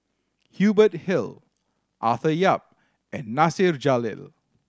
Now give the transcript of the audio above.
Hubert Hill Arthur Yap and Nasir Jalil